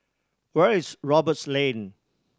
where is Roberts Lane